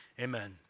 Amen